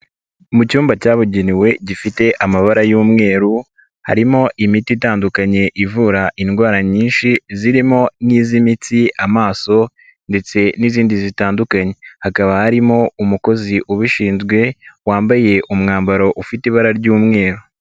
Mu cyumba cyabugenewe gifite amabara y'umweru harimo imiti itandukanye ivura indwara nyinshi zirimo nk'iz'imitsi, amaso ndetse n'izindi zitandukanye, hakaba harimo umukozi ubishinzwe wambaye umwambaro ufite ibara ry'umweru.